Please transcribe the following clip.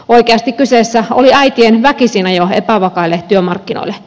oikeasti kyseessä oli äitien väkisinajo epävakaille työmarkkinoille